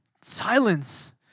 Silence